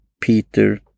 Peter